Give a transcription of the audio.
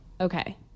okay